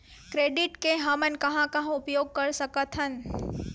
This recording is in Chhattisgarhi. क्रेडिट के हमन कहां कहा उपयोग कर सकत हन?